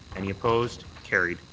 any opposed? carried.